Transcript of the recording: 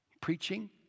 preaching